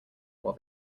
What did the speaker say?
while